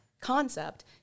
concept